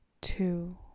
two